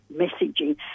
messaging